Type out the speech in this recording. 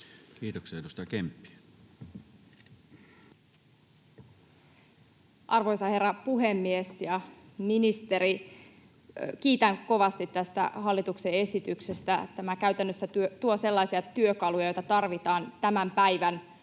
Time: 19:10 Content: Arvoisa herra puhemies ja ministeri! Kiitän kovasti tästä hallituksen esityksestä. Tämä käytännössä tuo sellaisia työkaluja, joita tarvitaan tämän päivän